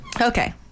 Okay